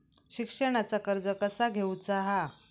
शिक्षणाचा कर्ज कसा घेऊचा हा?